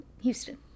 Houston